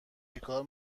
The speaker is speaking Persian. چیکار